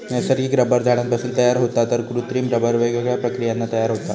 नैसर्गिक रबर झाडांपासून तयार होता तर कृत्रिम रबर वेगवेगळ्या प्रक्रियांनी तयार होता